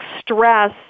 stress